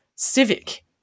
civic